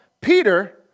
Peter